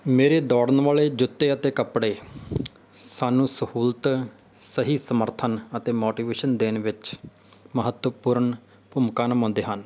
ਮੇਰੇ ਦੌੜਨ ਵਾਲੇ ਜੁੱਤੇ ਅਤੇ ਕੱਪੜੇ ਸਾਨੂੰ ਸਹੂਲਤ ਸਹੀ ਸਮਰਥਨ ਅਤੇ ਮੋਟੀਵੇਸ਼ਨ ਦੇਣ ਵਿੱਚ ਮਹੱਤਵਪੂਰਨ ਭੂਮਿਕਾ ਨਿਭਾਉਂਦੇ ਹਨ